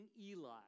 Eli